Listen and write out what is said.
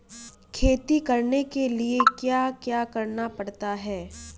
खेती करने के लिए क्या क्या करना पड़ता है?